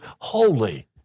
holy